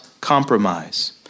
compromise